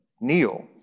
kneel